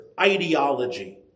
ideology